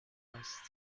است